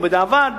ובדיעבד